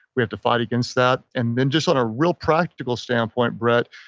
we have to fight against that. and then just on a real practical standpoint, brett,